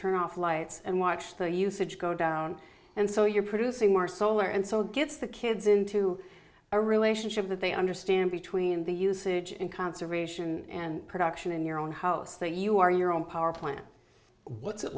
turn off lights and watch the usage go down and so you're producing more solar and so gets the kids into a relationship that they understand between the usage and conservation and production in your own house that you are your own power plant what's it